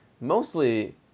mostly